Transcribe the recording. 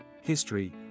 history